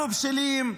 אנחנו בשלים.